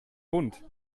bunt